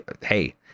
hey